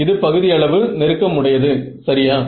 இது பகுதியளவு நெருக்கம் உடையது சரியா